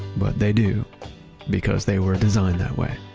but they do because they were designed that way